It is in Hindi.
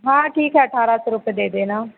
हाँ ठीक है अठारह सौ रुपये दे देना